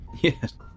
Yes